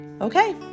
Okay